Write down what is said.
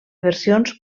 versions